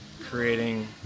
creating